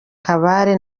kabale